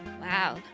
Wow